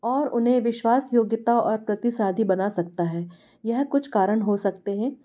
और उन्हें विश्वास योग्यता और प्रतिसाधि बना सकता है यह कुछ कारण हो सकते हैं